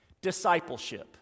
discipleship